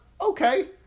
Okay